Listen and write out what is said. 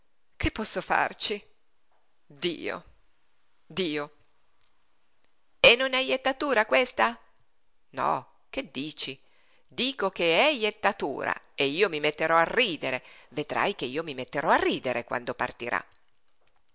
che posso farci dio dio e non è jettatura questa no che dici dico che è jettatura e io mi metterò a ridere vedrai che io mi metterò a ridere quando partirà